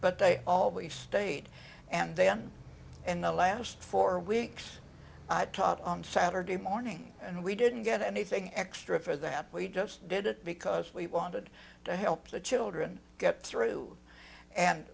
but they always stayed and then in the last four weeks i taught on saturday morning and we didn't get anything extra for that we just did it because we wanted to help the children get through and